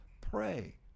pray